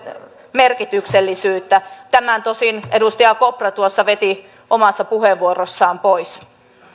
merkityksellisyyttä tämän tosin edustaja kopra tuossa veti omassa puheenvuorossaan pois